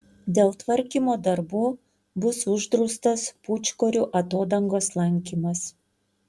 dėl tvarkymo darbų bus uždraustas pūčkorių atodangos lankymas